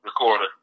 recorder